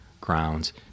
grounds